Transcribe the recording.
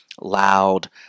loud